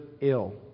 ill